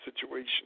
situation